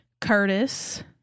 Curtis